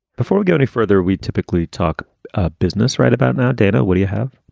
before we go any further, we typically talk ah business right about now. dana, what do you have?